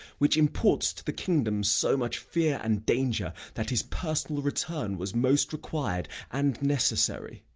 which imports to the kingdom so much fear and danger that his personal return was most required and necessary.